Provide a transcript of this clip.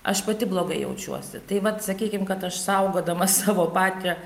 aš pati blogai jaučiuosi tai vat sakykim kad aš saugodama savo patį